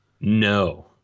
No